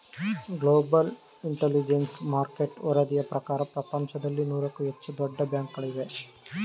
global intelligence market ವರದಿಯ ಪ್ರಕಾರ ಪ್ರಪಂಚದಲ್ಲಿ ನೂರಕ್ಕೂ ಹೆಚ್ಚು ದೊಡ್ಡ ಬ್ಯಾಂಕುಗಳಿವೆ